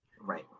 Right